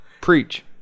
Preach